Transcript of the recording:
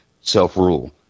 self-rule